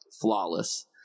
flawless